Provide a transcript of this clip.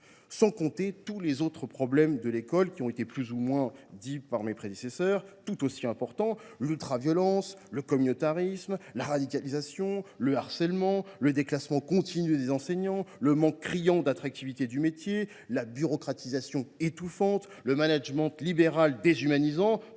pas sur tous les autres problèmes de l’école, tout aussi importants, qui ont été plus ou moins décrits par mes prédécesseurs : l’ultraviolence, le communautarisme, la radicalisation, le harcèlement, le déclassement continu des enseignants, le manque criant d’attractivité du métier, la bureaucratisation étouffante, le management libéral déshumanisant.